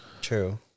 True